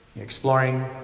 exploring